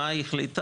מה היא החליטה?